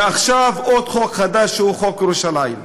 ועכשיו עוד חוק חדש, חוק ירושלים.